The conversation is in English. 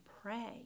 pray